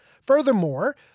Furthermore